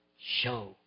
show